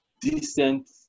decent